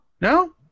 No